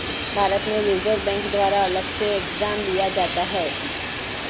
भारत में reserve bank द्वारा अलग से एग्जाम लिया जाता है